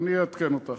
ואני אעדכן אותך.